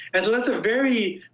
and so, that's a very